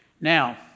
Now